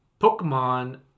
Pokemon